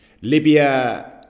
Libya